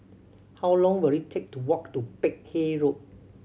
how long will it take to walk to Peck Hay Road